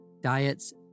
Diets